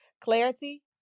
Clarity